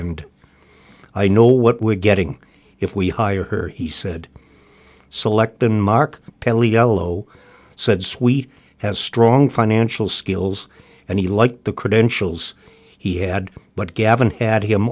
and i know what we're getting if we hire her he said selecting mark kelly yellow said sweet has strong financial skills and he liked the credentials he had but gavin had him